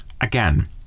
Again